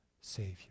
Savior